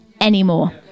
anymore